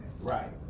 Right